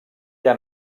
era